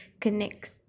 connect